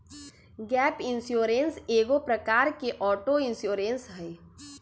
gap insurance एगो प्रकार के ऑटो इंश्योरेंस हइ